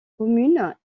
commune